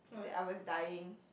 that I was dying